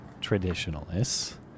traditionalists